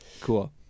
Cool